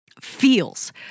feels